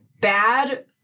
bad